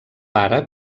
pare